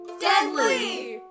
Deadly